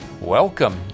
Welcome